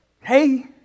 Hey